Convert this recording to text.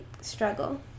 struggle